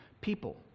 people